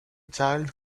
child